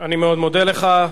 אני מאוד מודה לך.